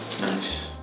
Nice